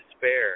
despair